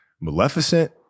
Maleficent